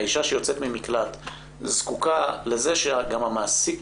האישה שיוצאת ממקלט זקוקה לכך שגם המעסיק